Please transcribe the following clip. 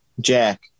Jack